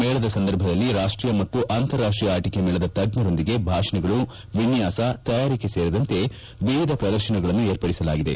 ಮೇಳದ ಸಂದರ್ಭದಲ್ಲಿ ರಾಷ್ಟೀಯ ಮತ್ತು ಅಂತಾರಾಷ್ಟೀಯ ಆಟಕ ಮೇಳದ ತಜ್ಞರೊಂದಿಗೆ ಭಾಷಣಗಳು ವಿನ್ಯಾಸ ತಯಾರಿಕೆ ಸೇರಿದಂತೆ ವಿವಿಧ ಪ್ರದರ್ಶನಗಳನ್ನು ಏರ್ಪಡಿಸಲಾಗಿದೆ